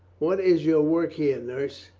what is your work here, nurse?